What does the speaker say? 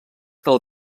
del